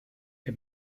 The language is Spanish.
que